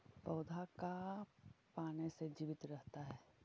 पौधा का पाने से जीवित रहता है?